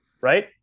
right